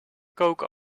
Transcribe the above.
koken